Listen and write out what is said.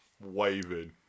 waving